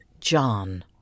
John